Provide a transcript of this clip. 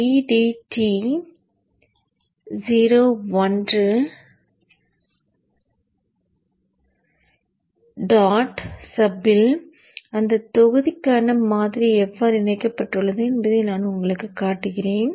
edt 01 dot sub இல் அந்தத் தொகுதிக்கான மாதிரி எவ்வாறு இணைக்கப்பட்டுள்ளது என்பதை நான் உங்களுக்குக் காட்டுவேன்